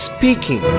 Speaking